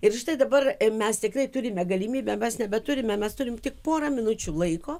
ir štai dabar mes tikrai turime galimybę mes nebeturime mes turim tik porą minučių laiko